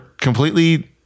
completely